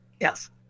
Yes